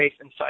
inside